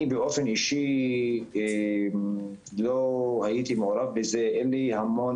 אני באופן אישי לא הייתי מעורב בזה ואין לי הרבה